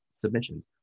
submissions